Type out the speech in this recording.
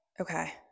Okay